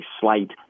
slight